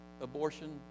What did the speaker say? abortion